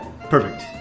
Perfect